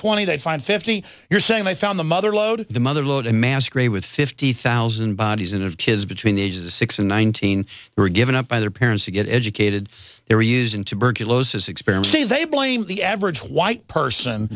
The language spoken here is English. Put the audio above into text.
twenty they find fifty you're saying they found the mother lode the mother lode a mass grave with fifty thousand bodies and of kids between the ages six and nineteen were given up by their parents to get educated they were using tuberculosis experiment see they blame the average white person